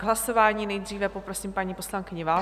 K hlasování nejdříve poprosím paní poslankyni Válkovou.